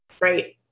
right